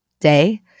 day